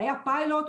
היה פיילוט,